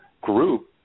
group